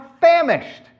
famished